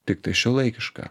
tiktai šiuolaikiška